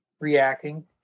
reacting